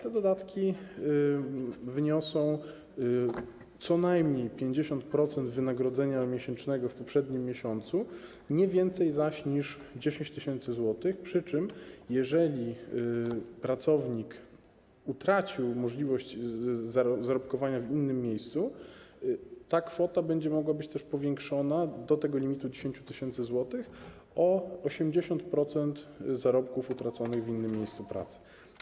Te dodatki wyniosą co najmniej 50% wynagrodzenia miesięcznego w poprzednim miesiącu, nie więcej zaś niż 10 tys. zł, przy czym jeżeli pracownik utracił możliwość zarobkowania w innym miejscu, ta kwota będzie mogła być też powiększona do limitu 10 tys. zł, o 80% zarobków utraconych w innym miejscu pracy.